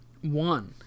one